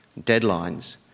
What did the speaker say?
deadlines